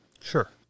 Sure